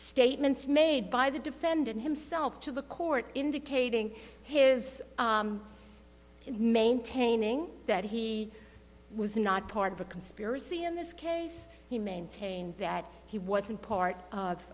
statements made by the defendant himself to the court indicating his maintaining that he was not part of a conspiracy in this case he maintained that he